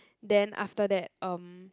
then after that um